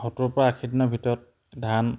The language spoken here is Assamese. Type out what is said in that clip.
সত্তৰৰপৰা আশীদিনৰ ভিতৰত ধান